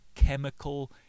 Chemical